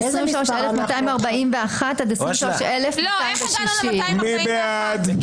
23,221 עד 23,240. מי בעד?